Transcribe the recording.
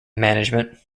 management